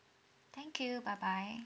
thank you bye bye